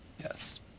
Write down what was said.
yes